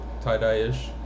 tie-dye-ish